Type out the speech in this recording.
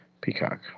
Peacock